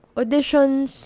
auditions